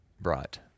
brought